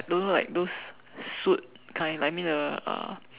don't know like those suit kind I mean the uh